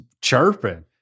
chirping